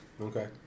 Okay